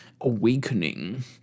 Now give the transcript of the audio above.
awakening